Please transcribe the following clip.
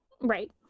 Right